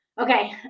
Okay